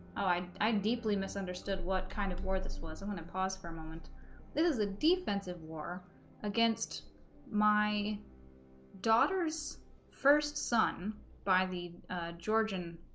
ideally misunderstood what kind of word this was i'm gonna pause for a moment this is a defensive war against my daughter's first son by the georgian